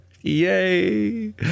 Yay